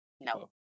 No